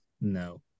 no